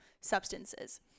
substances